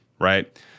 right